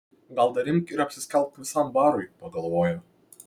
gal dar imk ir apsiskelbk visam barui pagalvojo